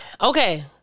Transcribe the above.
Okay